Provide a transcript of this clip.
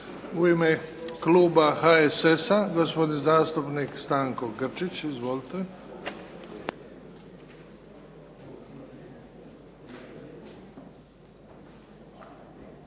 U ime kluba HSS-a gospodin zastupnik Stanko Grčić. Izvolite.